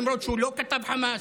למרות שהוא לא כתב "חמאס",